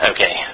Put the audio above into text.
Okay